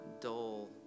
dull